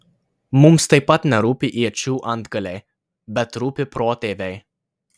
mums taip pat nerūpi iečių antgaliai bet rūpi protėviai